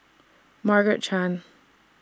Margaret Chan